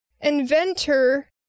inventor